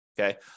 okay